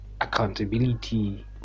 accountability